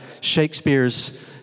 Shakespeare's